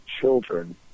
children